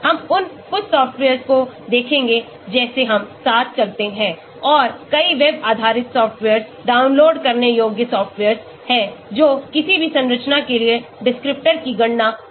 हम उन कुछ सॉफ्टवेयर्स को देखेंगे जैसे हम साथ चलते हैं और कई वेब आधारित सॉफ्टवेयर्स डाउनलोड करने योग्य सॉफ्टवेयर्स हैं जो किसी भी संरचना के लिए descriptor की गणना कर सकते हैं